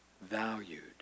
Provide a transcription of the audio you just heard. valued